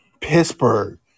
Pittsburgh